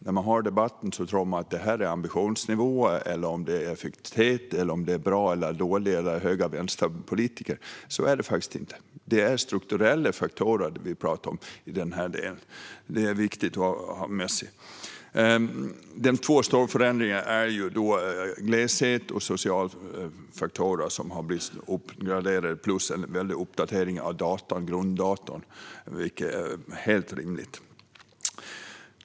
När man hör debatten tror man att det är ambitionsnivåer, effektivitet, bra eller dåligt eller höger eller vänsterpolitiker, men så är det faktiskt inte. Det är strukturella faktorer vi pratar om i denna del, och detta är viktigt att ha med sig. Två stora förändringar är gleshet och sociala faktorer, som har uppgraderats, plus en uppdatering av grunddata, vilket är helt rimligt.